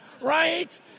Right